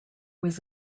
was